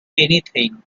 anything